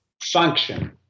function